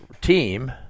team